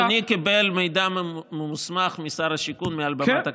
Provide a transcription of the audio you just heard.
אדוני קיבל מידע מוסמך משר השיכון מעל במת הכנסת.